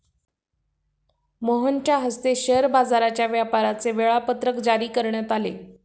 मोहनच्या हस्ते शेअर बाजाराच्या व्यापाराचे वेळापत्रक जारी करण्यात आले